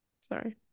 Sorry